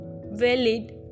valid